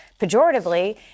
pejoratively